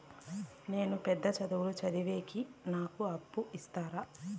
నేను పెద్ద చదువులు చదివేకి నాకు అప్పు ఇస్తారా